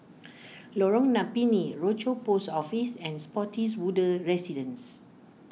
Lorong Napiri Rochor Post Office and Spottiswoode Residences